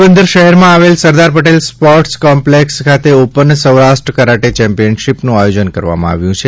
પોરબંદર શહેરમાં આવેલ Sardar Patel sport complex ખાતે ઓપન સૌરાષ્ટ્ર કરાટે ચેમ્પીયનશીપનું આયોજન કરવામાં આવ્યું છે